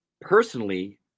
personally